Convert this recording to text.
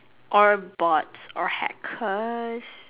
or bots or hackers